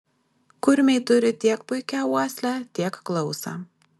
kurmiai turi tiek puikią uoslę tiek klausą